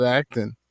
acting